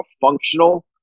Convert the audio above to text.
functional